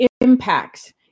impacts